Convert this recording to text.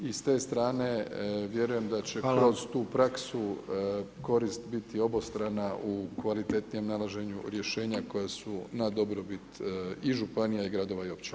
I s te strane vjerujem da će kroz tu praksu korist biti obostrana u kvalitetnijem nalaženju rješenja koja su na dobrobit i županija, i gradova i općina.